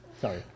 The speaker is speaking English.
Sorry